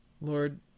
Lord